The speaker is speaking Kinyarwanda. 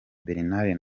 bernard